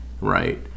right